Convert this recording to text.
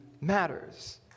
matters